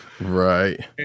Right